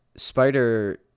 spider